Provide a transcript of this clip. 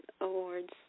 awards